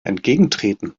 entgegentreten